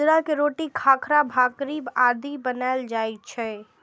बाजरा के रोटी, खाखरा, भाकरी आदि बनाएल जाइ छै